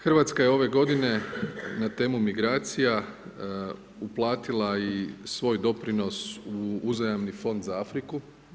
Hrvatska je ove godine na temu migracija uplatila i svoj doprinos u uzajamni Fond za Afriku.